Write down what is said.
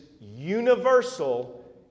universal